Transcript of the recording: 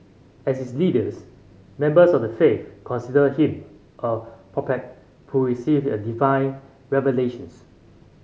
as its leaders members of the faith considered him a prophet who received a divine revelations